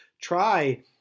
try